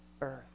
earth